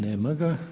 Nema ga.